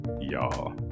y'all